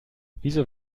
wieso